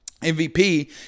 MVP